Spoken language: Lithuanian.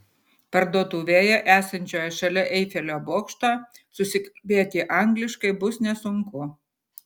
parduotuvėje esančioje šalia eifelio bokšto susikalbėti angliškai bus nesunku